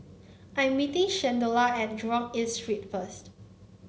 I'm meeting Shalonda at Jurong East Street first